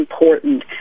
important